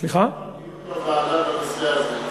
היה כבר דיון בנושא הזה.